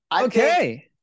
Okay